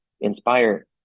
inspire